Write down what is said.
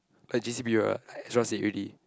like J_C period ah I just now said already